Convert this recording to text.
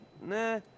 nah